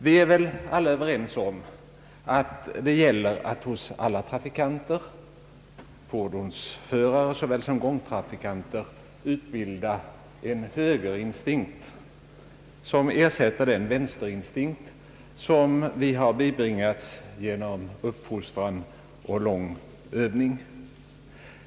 Vi är väl alla överens om att det gäller att hos alla trafikanter — for donsförare såväl som gångtrafikanter — utbilda en högerinstinkt som ersätter den vänsterinstinkt som vi har bibringats genom uppfostran och lång övning.